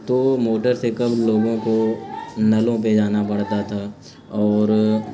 تو موٹر سے قبل لوگوں کو نلوں پہ جانا پڑتا تھا اور